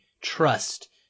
trust